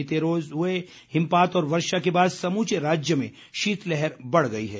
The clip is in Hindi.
बीते रोज़ हुए हिमपात और वर्षा के बाद समूचे राज्य में शीतलहर बढ़ गई है